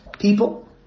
people